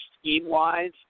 scheme-wise